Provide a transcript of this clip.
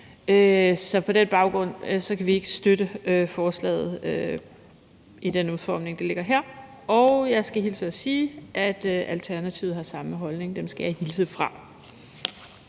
På den baggrund kan vi ikke støtte forslaget i den udformning, det ligger her. Jeg skal hilse fra Alternativet og sige, at Alternativet har samme holdning. Kl. 17:55 Den fg.